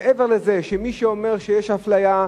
מעבר לזה שמי שאומר שיש אפליה,